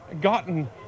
gotten